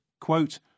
quote